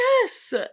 Yes